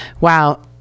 Wow